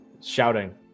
Shouting